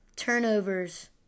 Turnovers